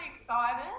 excited